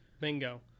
bingo